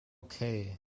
kaye